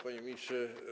Panie Ministrze!